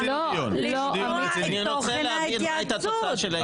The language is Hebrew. אני רוצה להבין מה הייתה התוצאה של ההתייעצות.